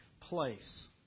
place